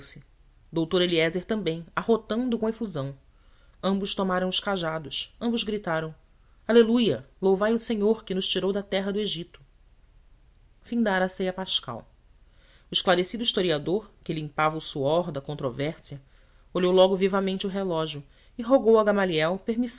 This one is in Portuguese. ergueu-se doutor eliézer também arrotando com efusão ambos tomaram os cajados ambos gritaram aleluia louvai o senhor que nos tirou da terra do egito findara a ceia pascal o esclarecido historiador que limpava o suor da controvérsia olhou logo vivamente o relógio e rogou a gamaliel